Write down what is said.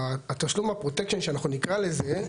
תשלום הפרוטקשן שאנחנו נקרא לזה,